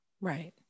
Right